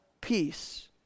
peace